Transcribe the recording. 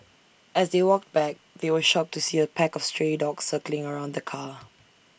as they walked back they were shocked to see A pack of stray dogs circling around the car